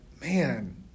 man